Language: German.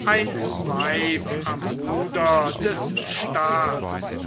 ein weib am ruder des staats